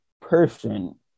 person